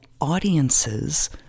audiences